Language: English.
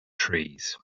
trees